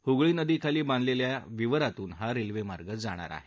हुगळी नदीखाली बांधलेल्या विवरातून हा रेल्वेमार्ग जाणार आहे